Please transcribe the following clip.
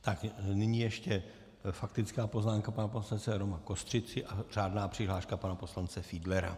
Tak, nyní ještě faktická poznámka pana poslance Roma Kostřici a řádná přihláška pana poslance Fiedlera.